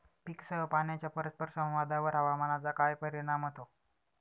पीकसह पाण्याच्या परस्पर संवादावर हवामानाचा काय परिणाम होतो?